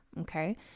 okay